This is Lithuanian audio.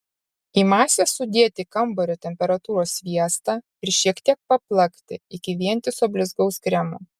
į masę sudėti kambario temperatūros sviestą ir šiek tiek paplakti iki vientiso blizgaus kremo